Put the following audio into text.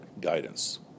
guidance